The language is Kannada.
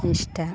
ಇಷ್ಟ